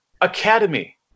Academy